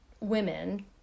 women